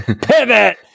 pivot